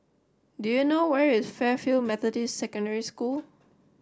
do you know where is Fairfield Methodist Secondary School